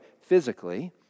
physically